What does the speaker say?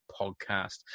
podcast